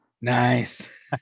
nice